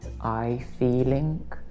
I-Feeling